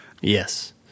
Yes